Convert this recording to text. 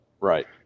Right